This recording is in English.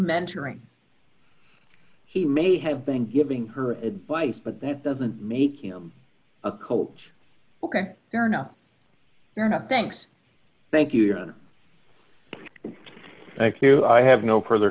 mentoring he may have been giving her advice but that doesn't make him a coach ok fair enough or not thanks thank you thank you i have no further